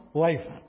wife